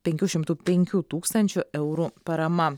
penkių šimtų penkių tūkstančių eurų parama